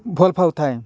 ଭଲ ପାଉଥାଏ